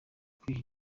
kwiha